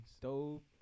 Dope